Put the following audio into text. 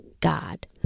god